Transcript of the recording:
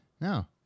no